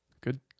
Good